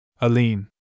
Aline